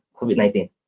COVID-19